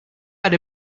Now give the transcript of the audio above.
had